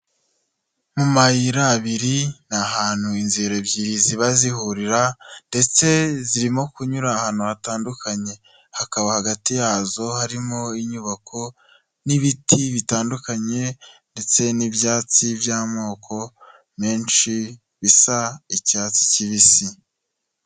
Mumayira abiri ni ahantu inzira ebyiri ziba zihurira, ndetse zirimo kunyura ahantu hatandukanye, hakaba hagati yazo harimo inyubako n'ibiti bitandukanye ndetse n'ibyatsi by'amoko menshi bisa icyatsi kibisi.